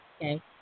okay